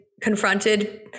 confronted